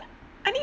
I think